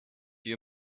you